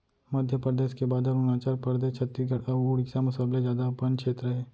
मध्यपरेदस के बाद अरूनाचल परदेस, छत्तीसगढ़ अउ उड़ीसा म सबले जादा बन छेत्र हे